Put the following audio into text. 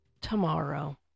tomorrow